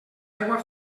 aigua